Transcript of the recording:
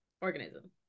organism